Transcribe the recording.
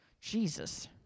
jesus